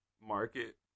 market